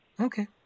okay